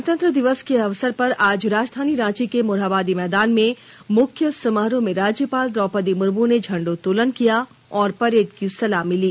गणतंत्र दिवस के अवसर पर आज राजधानी रांची के मोरहाबादी मैदान में मुख्य समारोह में राज्यपाल द्रौपदी मुर्मू ने झंडोत्तोलन किया और परेड की सलामी ली